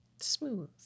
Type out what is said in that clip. smooth